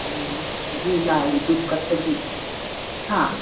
ꯑꯗꯒꯤ ꯂꯥꯏ ꯗꯨꯛ ꯀꯠꯄꯒꯤ ꯍꯥ